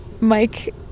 Mike